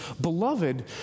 Beloved